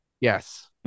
Yes